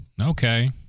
Okay